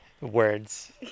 Words